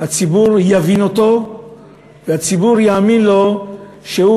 הציבור יבין אותו והציבור יאמין לו שהוא